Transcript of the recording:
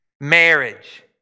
Marriage